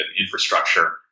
infrastructure